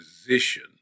position